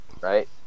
right